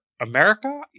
America